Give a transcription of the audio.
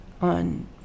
on